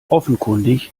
offenkundig